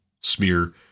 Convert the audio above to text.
smear